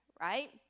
right